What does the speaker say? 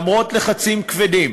למרות לחצים כבדים